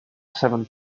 seven